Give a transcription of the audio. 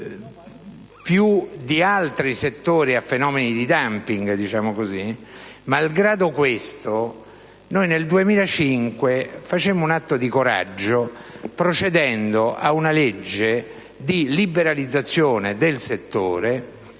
più di altri settori a fenomeni di *dumping*), malgrado questo, noi, nel 2005, facemmo un atto di coraggio promuovendo una legge di liberalizzazione del settore